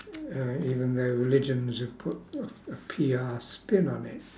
uh or even the religions that put a P_R spin on it